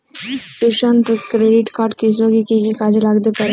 কিষান credit card কৃষকের কি কি কাজে লাগতে পারে?